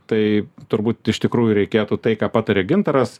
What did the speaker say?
tai turbūt iš tikrųjų reikėtų tai ką pataria gintaras